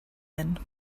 end